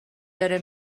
داره